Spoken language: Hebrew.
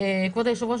כבוד היושב-ראש,